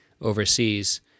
overseas